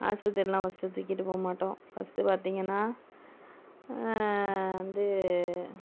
ஹாஸ்பத்திரிலாம் first தூக்கிட்டு போக மாட்டோம் ஃபஸ்ட்டு பார்த்திங்கனா வந்து